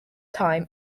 time